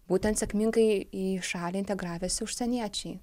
būtent sėkmingai į šalį integravęsi užsieniečiai